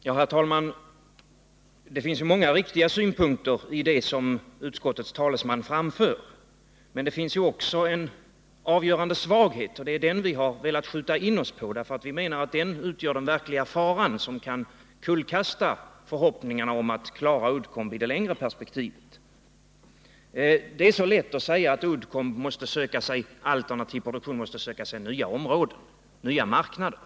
Herr talman! Det finns många riktiga synpunkter i det som utskottets talesman framför, men det finns också en avgörande svaghet, och det är den vi har velat skjuta in oss på. Vi menar nämligen att den utgör den verkliga faran, som kan kullkasta förhoppningarna om att klara Uddcomb i det längre perspektivet. Det är så lätt att säga att Uddcomb måste söka sig alternativproduktion och nya marknader.